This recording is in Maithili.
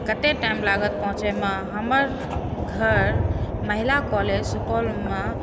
कते टाइम लागत पहुँचैमे हमर घर महिला कॉलेज सुपौलमे